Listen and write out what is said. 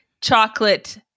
chocolate